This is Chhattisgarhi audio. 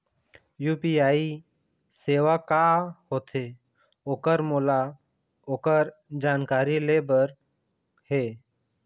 यू.पी.आई सेवा का होथे ओकर मोला ओकर जानकारी ले बर हे?